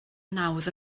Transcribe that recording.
nawdd